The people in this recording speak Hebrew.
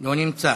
לא נמצא.